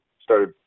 started